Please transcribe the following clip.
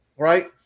Right